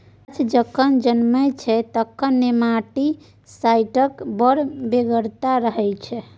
गाछ जखन जनमय छै तखन नेमाटीसाइड्सक बड़ बेगरता रहय छै